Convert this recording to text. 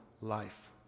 life